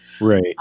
Right